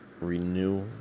renew